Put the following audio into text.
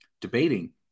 debating